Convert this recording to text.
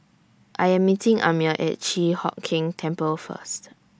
I Am meeting Amir At Chi Hock Keng Temple First